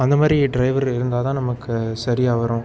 அந்தமாதிரி ட்ரைவரு இருந்தால் தான் நமக்கு சரியாக வரும்